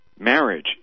Marriage